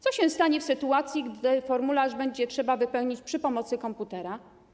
Co się stanie w sytuacji, gdy formularz będzie trzeba wypełnić przy pomocy komputera?